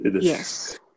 yes